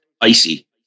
icy